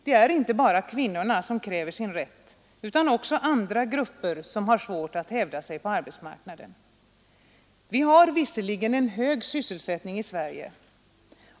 Det är inte bara kvinnorna som kräver sin rätt, utan också andra grupper som har svårt att hävda sig på arbetsmarknaden. Vi har visserligen en hög sysselsättning i Sverige.